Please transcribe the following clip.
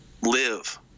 live